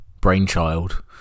brainchild